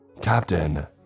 Captain